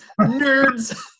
Nerds